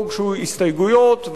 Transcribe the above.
להצעת החוק לא הוגשו הסתייגויות,